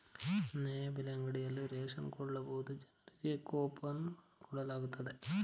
ನ್ಯಾಯಬೆಲೆ ಅಂಗಡಿಯಲ್ಲಿ ರೇಷನ್ ಕೊಳ್ಳಲು ಜನರಿಗೆ ಕೋಪನ್ ಕೊಡಲಾಗುತ್ತದೆ